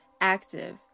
active